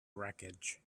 wreckage